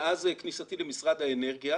מאז כניסתי למשרד האנרגיה